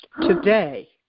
Today